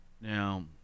Now